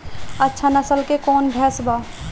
अच्छा नस्ल के कौन भैंस बा?